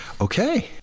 Okay